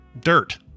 dirt